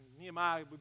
Nehemiah